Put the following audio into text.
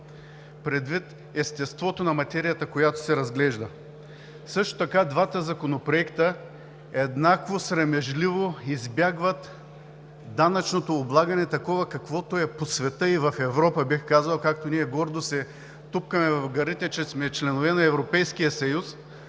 предвид естеството на материята, която се разглежда. Също така двата законопроекта еднакво срамежливо избягват данъчното облагане такова, каквото е по света и в Европа, бих казал, както ние гордо се тупкаме в гърдите, че сме членове на Европейския съюз,